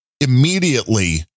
immediately